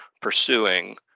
pursuing